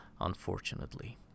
unfortunately